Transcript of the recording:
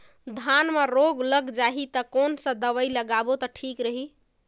धान म रोग लग जाही ता कोन सा दवाई लगाबो ता ठीक रही?